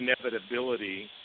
inevitability